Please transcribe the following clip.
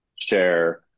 share